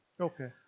Okay